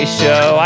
show